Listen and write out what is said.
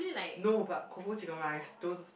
no but Koufu chicken rice those